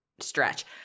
stretch